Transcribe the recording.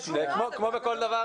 כמו בכל דבר,